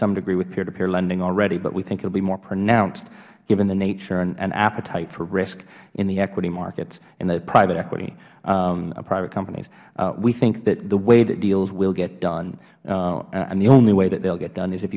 some degree with peertopeer lending already but we think it will be more pronounced given the nature and appetite for risk in the equity marketsh in the private equity private companies we think that the way that deals will get done and the only way that they will get done is if